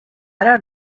ara